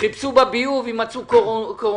חיפשו בביוב אם מצאו קורונה.